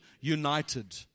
united